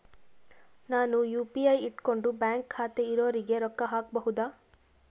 ನಾನು ಯು.ಪಿ.ಐ ಇಟ್ಕೊಂಡು ಬ್ಯಾಂಕ್ ಖಾತೆ ಇರೊರಿಗೆ ರೊಕ್ಕ ಹಾಕಬಹುದಾ?